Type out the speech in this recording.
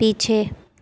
पीछे